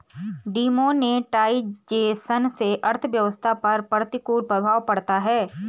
demonetisation से अर्थव्यवस्था पर प्रतिकूल प्रभाव पड़ता है